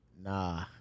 Nah